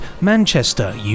Manchester